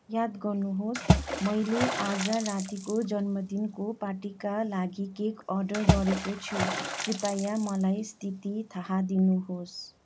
याद गर्नुहोस् मैले आज रातिको जन्मदिनको पार्टीका लागि केक अर्डर गरेको छु कृपया मलाई स्थिति थाहा दिनुहोस्